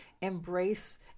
embrace